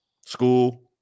School